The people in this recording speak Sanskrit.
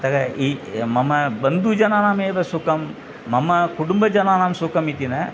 अतः इ मम बन्धुजनानामेव सुखं मम कुटुम्बजनानां सुखमिति न